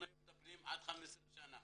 היום אנחנו מטפלים עד 15 שנה.